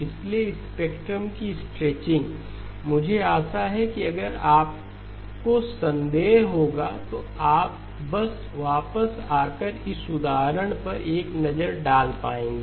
इसलिए स्पेक्ट्रम की स्ट्रेचिंग मुझे आशा है कि अगर आपको संदेह होगा तो आप बस वापस आकर इस उदाहरण पर एक नज़र डाल पाएंगे